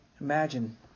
Imagine